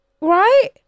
right